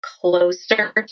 closer